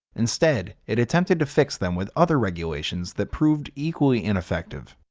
instead it attempted to fix them with other regulations that proved equally ineffective.